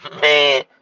Man